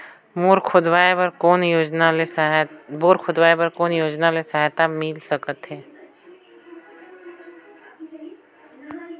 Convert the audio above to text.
Bore खोदवाय बर कौन योजना ले सहायता मिल सकथे?